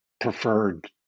preferred